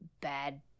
bad